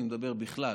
אני מדבר בכלל,